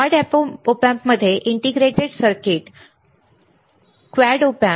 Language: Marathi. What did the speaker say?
क्वाड Op Amps मध्ये इंटिग्रेटेड सर्किट एकात्मिक सर्किट quad Op Amp